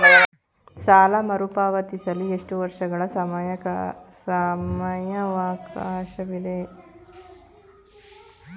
ಸಾಲ ಮರುಪಾವತಿಸಲು ಎಷ್ಟು ವರ್ಷಗಳ ಸಮಯಾವಕಾಶವಿದೆ?